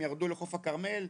הם ירדו לחוף הכרמל,